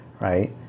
right